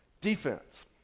defense